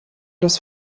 des